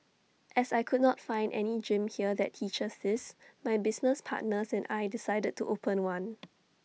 as I could not find any gym here that teaches this my business partners and I decided to open one